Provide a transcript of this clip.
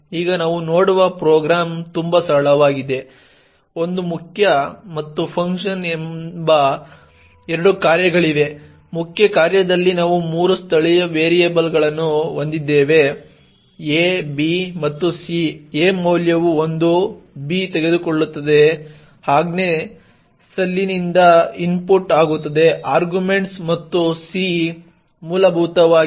ಈಗ ನಾವು ನೋಡುವ ಪ್ರೋಗ್ರಾಂ ತುಂಬಾ ಸರಳವಾಗಿದೆ ಒಂದು ಮುಖ್ಯ ಮತ್ತು ಫಂಕ್ಷನ್ ಎಂಬ ಎರಡು ಕಾರ್ಯಗಳಿವೆ ಮುಖ್ಯ ಕಾರ್ಯದಲ್ಲಿ ನಾವು ಮೂರು ಸ್ಥಳೀಯ ವೇರಿಯೇಬಲ್ಗಳನ್ನು ಹೊಂದಿದ್ದೇವೆ a b ಮತ್ತು c a ಮೌಲ್ಯವು 1 b ತೆಗೆದುಕೊಳ್ಳುತ್ತದೆ ಆಜ್ಞಾ ಸಾಲಿನಿಂದ ಇನ್ಪುಟ್ ಆಗುತ್ತದೆ ಆರ್ಗ್ಯುಮೆಂಟ್ಸ್ ಮತ್ತು ಸಿ ಮೂಲಭೂತವಾಗಿ ab ಮಾಡುತ್ತದೆ